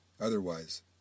Otherwise